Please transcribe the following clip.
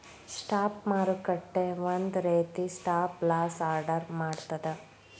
stop ಮಾರುಕಟ್ಟೆ ಒಂದ ರೇತಿ ಸ್ಟಾಪ್ ಲಾಸ್ ಆರ್ಡರ್ ಮಾಡ್ತದ